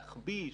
להחביא,